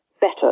better